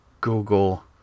Google